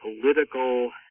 political